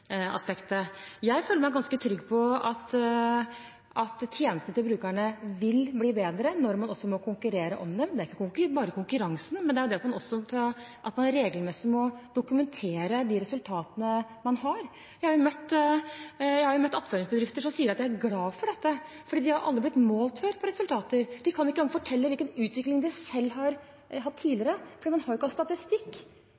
er ikke bare konkurransen, men det er det at man regelmessig må dokumentere de resultatene man har. Jeg har møtt attføringsbedrifter som sier at de er glade for dette, for de har aldri før blitt målt på resultater. De kan ikke engang fortelle hvilken utvikling de selv har hatt